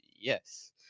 yes